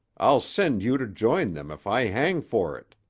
i'll send you to join them if i hang for it!